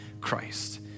Christ